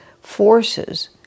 forces